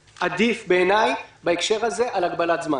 עדיף בעיני בהקשר הזה על הגבלת זמן.